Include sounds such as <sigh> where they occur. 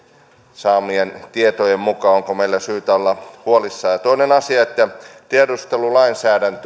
saamien tietojen mukaan onko meillä syytä olla huolissamme toinen asia tiedustelulainsäädännön <unintelligible>